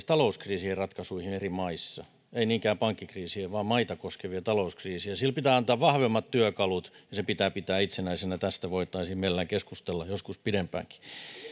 talouskriisien ratkaisuihin eri maissa ei niinkään pankkikriisien vaan maita koskevien talouskriisien sille pitää antaa vahvemmat työkalut ja se pitää pitää itsenäisenä tästä voitaisiin mielellään keskustella joskus pidempäänkin